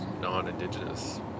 non-indigenous